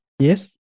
Yes